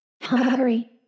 Hurry